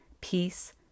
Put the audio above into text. peace